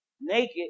naked